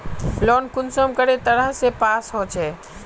Loan कुंसम करे तरह से पास होचए?